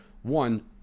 One